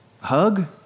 hug